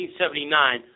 1979